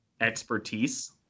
expertise